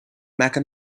mecca